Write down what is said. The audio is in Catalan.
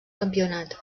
campionat